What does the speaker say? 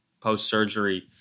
post-surgery